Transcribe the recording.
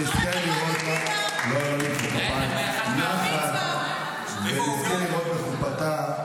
שנזכה לראות נחת ונזכה לראות בחופתה.